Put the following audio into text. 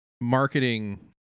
marketing